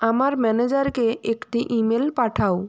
আমার ম্যানেজারকে একটি ইমেল পাঠাও